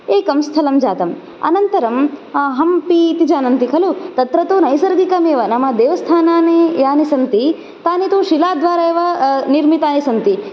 एकं स्थलं जातम् अनन्तरं हम्पी इति जानन्ति खलु तत्र तु नैसर्गिकमेव नाम देवस्थानानि यानि सन्ति तानि तु शिलाद्वारा एव निर्मितानि सन्ति